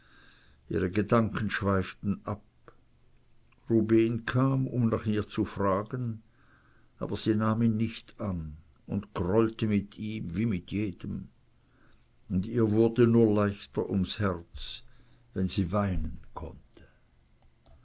ihre gedanken schweiften ab rubehn kam um nach ihr zu fragen aber sie nahm ihn nicht an und grollte mit ihm wie mit jedem und ihr wurde nur leichter ums herz wenn sie weinen konnte